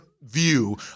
view